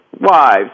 wives